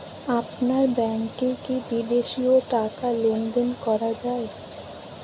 আপনার ব্যাংকে কী বিদেশিও টাকা লেনদেন করা যায়?